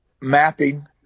mapping